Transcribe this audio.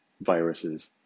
viruses